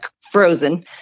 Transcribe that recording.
frozen